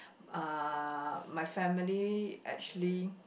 uh my family actually